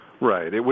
Right